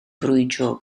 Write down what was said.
brwydro